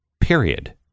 period